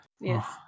Yes